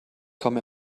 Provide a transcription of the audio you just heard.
komme